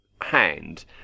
hand